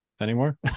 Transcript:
anymore